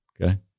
Okay